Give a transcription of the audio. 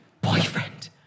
Boyfriend